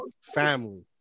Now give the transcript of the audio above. family